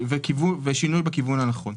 שינוי בכיוון הנכון.